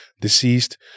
deceased